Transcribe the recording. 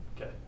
Okay